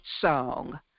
song